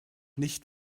nicht